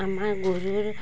আমাৰ গৰুৰ